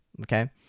okay